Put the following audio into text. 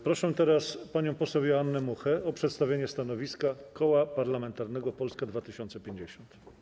Proszę teraz panią poseł Joannę Muchę o przedstawienie stanowiska Koła Parlamentarnego Polska 2050.